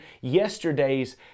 yesterday's